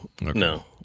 no